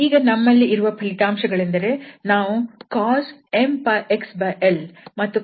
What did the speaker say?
ಇದನ್ನು ನಾವು ಇಲ್ಲಿ ಸಾಧಿಸುವುದಿಲ್ಲ ಆದರೆ ಇದರ ಸಾಧನೆಯು ನಾವು ಈಗಷ್ಟೇ ಕೊಟ್ಟಿರುವ ಸಾಧನೆಯನ್ನು ಹೋಲುತ್ತದೆ